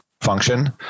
function